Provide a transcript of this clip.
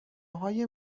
های